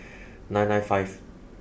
nine nine five